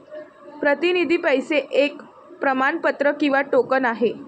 प्रतिनिधी पैसे एक प्रमाणपत्र किंवा टोकन आहे